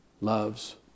loves